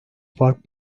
fark